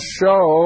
show